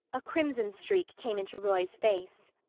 a crimson streak came into roy's face.